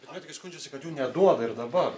bet medikai skundžiasi kad jų neduoda ir dabar